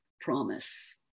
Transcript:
promise